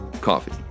Coffee